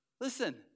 Listen